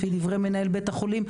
לפי דברי בית החולים,